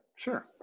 Sure